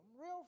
real